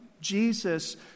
Jesus